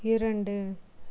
இரண்டு